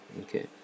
Okay